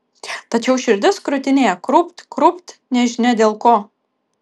tačiau širdis krūtinėje krūpt krūpt nežinia dėl ko